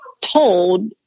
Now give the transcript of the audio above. told